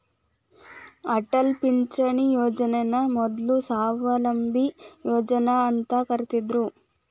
ಅಟಲ್ ಪಿಂಚಣಿ ಯೋಜನನ ಮೊದ್ಲು ಸ್ವಾವಲಂಬಿ ಯೋಜನಾ ಅಂತ ಕರಿತ್ತಿದ್ರು